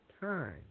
time